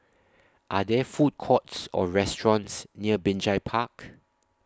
Are There Food Courts Or restaurants near Binjai Park